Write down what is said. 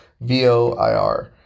V-O-I-R